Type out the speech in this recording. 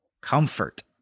Comfort